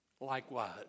Likewise